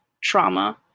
trauma